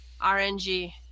RNG